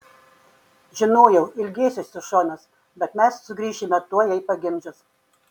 žinojau ilgėsiuosi šonos bet mes sugrįšime tuoj jai pagimdžius